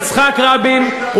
תרשה לנו, בגלל זה נרצח?